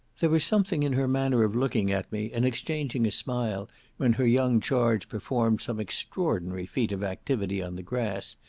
there was something in her manner of looking at me, and exchanging a smile when her young charge performed some extraordinary feat of activity on the grass,